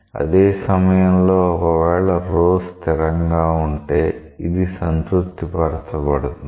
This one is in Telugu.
అదే సమయంలో ఒకవేళ ρ స్థిరంగా ఉంటే ఇది సంతృప్తిపరచబడుతుంది